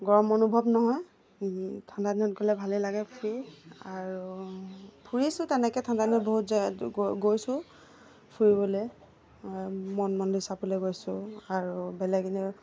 গৰম অনুভৱ নহয় ঠাণ্ডা দিনত গ'লে ভালেই লাগে ফুৰি আৰু ফুৰিছোঁ তেনেকৈ ঠাণ্ডা দিনত বহুত গৈছোঁ ফুৰিবলৈ মন মন্দিৰ চাবলৈ গৈছোঁ আৰু বেলেগ এনে